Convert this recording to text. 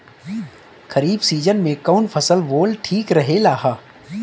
खरीफ़ season में कौन फसल बोअल ठिक रहेला ह?